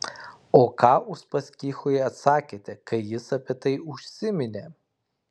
o ką uspaskichui atsakėte kai jis apie tai užsiminė